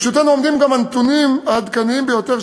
לרשותנו עומדים גם הנתונים העדכניים ביותר,